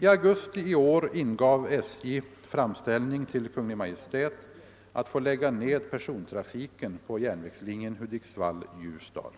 I augusti i år ingav SJ framställning till Kungl. Maj:t att få lägga ned persontrafiken på järnvägslinjen Hudiksvall — Ljusdal.